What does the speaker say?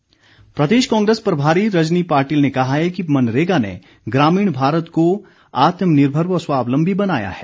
रजनी पाटिल प्रदेश कांग्रेस प्रभारी रनजी पाटिल ने कहा है कि मनरेगा ने ग्रामीण भारत को आत्मनिर्भर व स्वावलंबी बनाया है